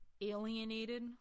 alienated